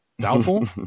doubtful